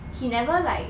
he never like